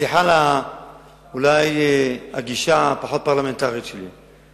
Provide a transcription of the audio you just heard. וסליחה אולי על הגישה הפחות פרלמנטרית שלי,